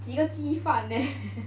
几个鸡饭 eh